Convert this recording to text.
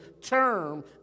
term